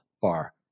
bar